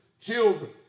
children